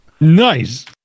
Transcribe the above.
Nice